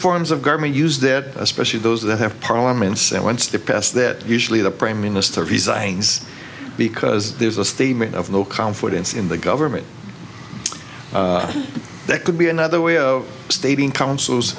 forms of government use that especially those that have parliaments and once they pass that usually the prime minister resigns because there's a statement of no confidence in the government that could be another way of stating councils